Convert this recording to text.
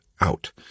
out